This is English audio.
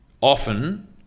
often